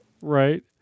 Right